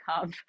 come